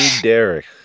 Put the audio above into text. Derek